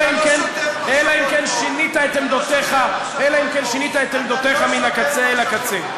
אלא אם כן שינית את עמדותיך מן הקצה אל הקצה.